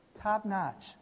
top-notch